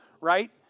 Right